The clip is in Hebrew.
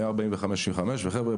וחבר'ה,